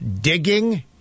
digging